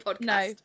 No